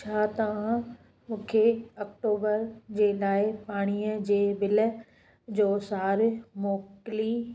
छा तव्हां मूंखे अक्टूबर जे लाइ पाणीअ जे बिल जो सार मोकिली